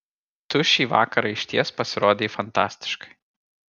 tu šį vakarą išties pasirodei fantastiškai